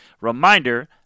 reminder